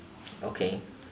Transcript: okay